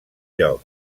lloc